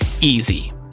easy